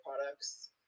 products